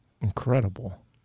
Incredible